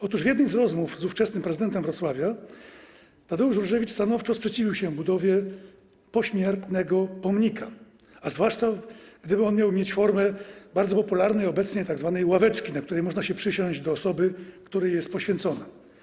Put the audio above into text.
Otóż w jednej z rozmów z ówczesnym prezydentem Wrocławia Tadeusz Różewicz stanowczo sprzeciwił się budowie pośmiertnego pomnika, a zwłaszcza gdyby on miał mieć formę bardzo popularnej obecnie tzw. ławeczki, na której można się przysiąść do osoby, której jest poświęcona.